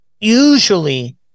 usually